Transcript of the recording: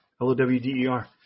L-O-W-D-E-R